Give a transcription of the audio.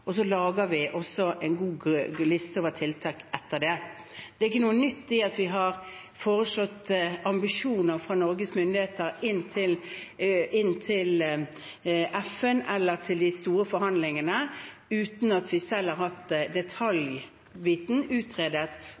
og så lager vi også en god liste over tiltak etter det. Det er ikke noe nytt i at vi har foreslått ambisjoner fra Norges myndigheter inn til FN eller til de store forhandlingene uten at vi selv har hatt detaljbiten utredet